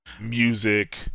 music